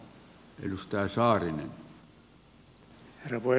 herra puhemies